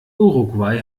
uruguay